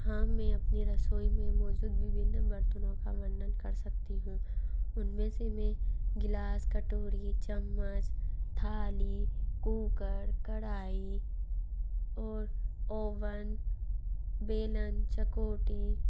हाँ मैं अपने रसोई में मौजूद विभिन्न बर्तनों का वर्णन कर सकती हूँ उन में से मैं गिलास कटोरी चम्मच थाली कूकर कढ़ाई और ओवन बेलन चकोटी